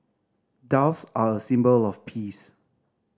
doves are a symbol of peace